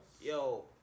Yo